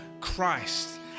Christ